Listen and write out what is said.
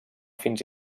fins